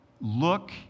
look